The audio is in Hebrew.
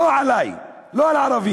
לא עלי, לא על הערבים.